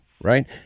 right